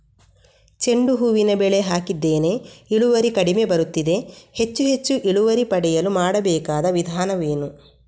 ಚೆಂಡು ಹೂವಿನ ಬೆಳೆ ಹಾಕಿದ್ದೇನೆ, ಇಳುವರಿ ಕಡಿಮೆ ಬರುತ್ತಿದೆ, ಹೆಚ್ಚು ಹೆಚ್ಚು ಇಳುವರಿ ಪಡೆಯಲು ಮಾಡಬೇಕಾದ ವಿಧಾನವೇನು?